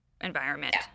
environment